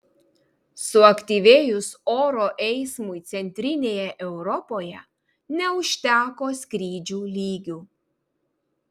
suaktyvėjus oro eismui centrinėje europoje neužteko skrydžių lygių